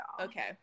Okay